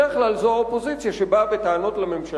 בדרך כלל זו האופוזיציה שבאה בטענות לממשלה,